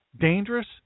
dangerous